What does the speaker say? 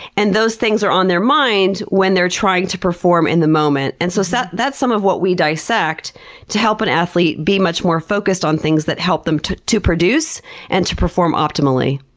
and those things are on their mind when they're trying to perform in the moment. and so so that's some of what we dissect to help an athlete be much more focused on things that help them to to produce and to perform optimally.